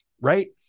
right